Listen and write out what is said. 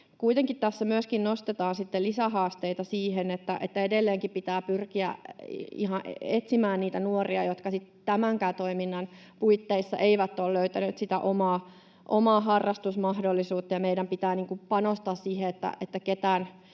Kuitenkin tässä myöskin nostetaan sitten lisähaasteita siihen, että edelleenkin pitää pyrkiä ihan etsimään niitä nuoria, jotka tämänkään toiminnan puitteissa eivät ole löytäneet sitä omaa harrastusmahdollisuuttaan, ja meidän pitää panostaa siihen, että ketään